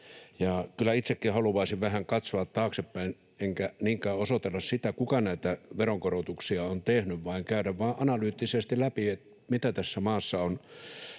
itsekin haluaisin vähän katsoa taaksepäin, enkä niinkään osoitella, kuka näitä veronkorotuksia on tehnyt, vaan käydä vain analyyttisesti läpi, mitä tässä maassa on